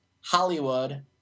Hollywood